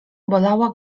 bolała